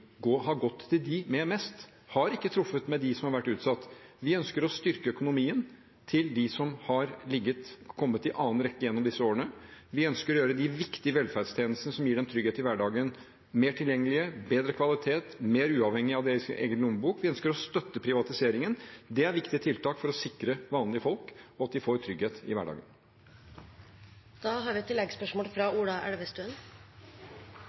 har gått til dem med mest. Det har ikke truffet dem som har vært utsatt. Vi ønsker å styrke økonomien til dem som har kommet i annen rekke gjennom disse årene. Vi ønsker å gjøre de viktige velferdstjenestene som gir dem trygghet i hverdagen, mer tilgjengelige, av bedre kvalitet og mer uavhengig av deres egen lommebok. Vi ønsker å stoppe privatiseringen. Det er viktige tiltak for å sikre vanlige folk og at de får trygghet i